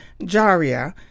JARIA